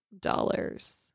dollars